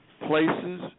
Places